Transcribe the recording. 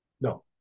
No